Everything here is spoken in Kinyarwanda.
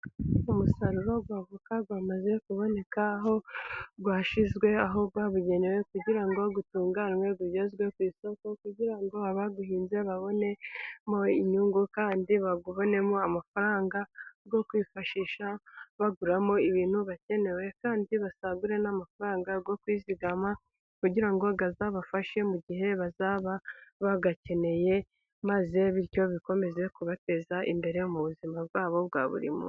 Umusaruro w'avoka wamaze kuboneka, aho rwashyizwe ahabugenewe kugira ngo utunganwe ugezwe ku isoko, kugira ngo abaguhinze babonemo inyungu kandi babonemo amafaranga yo kwifashisha baguramo ibintu bakenewe, kandi basagure n'amafaranga yo kwizigama kugira ngo azabafashe mu gihe bazaba baya keneye maze bityo bikomeze kubateza imbere, mu buzima bwabo bwa buri munsi.